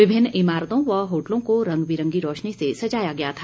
विभिन्न इमारतों व होटलों को रंग बिरंगी रौशनी से सजाया गया था